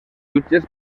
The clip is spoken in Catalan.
jutges